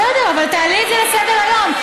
בסדר, אבל תעלי את זה לסדר-היום.